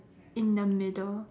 in the middle